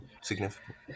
significant